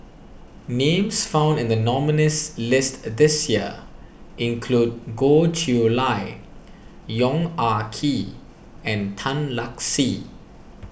names found in the nominees' list this year include Goh Chiew Lye Yong Ah Kee and Tan Lark Sye